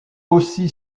aussi